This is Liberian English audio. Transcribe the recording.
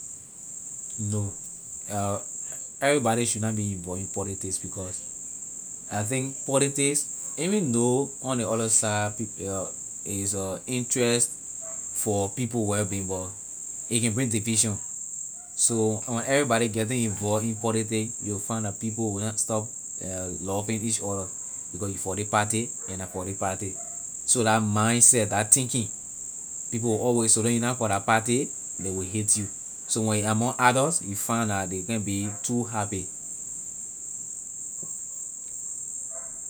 No everybody should not be involve in polotics because I think poitics even though on ley other side pe- is a interest for people will being but a can bring division so when everybody getting involve in politics you will find that people will na stop loving each other because you for ley party and I for ley party so la mindset la thinking people will always so long you na for la party ley will hate you so when you among adults you find la ley can be too happy.